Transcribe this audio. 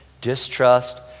distrust